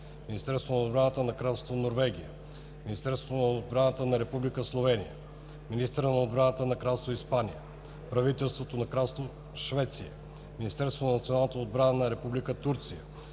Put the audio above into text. Министерството на отбраната на Кралство Норвегия, Министерството на отбраната на Република Словения, министъра на отбраната на Кралство Испания, правителството на Кралство Швеция, Министерството на националната отбрана на Република Турция,